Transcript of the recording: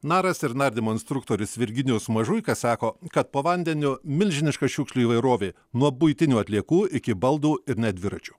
naras ir nardymo instruktorius virginijus mažuika sako kad po vandeniu milžiniška šiukšlių įvairovė nuo buitinių atliekų iki baldų ir net dviračių